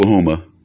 Oklahoma